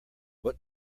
what